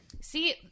See